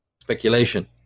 speculation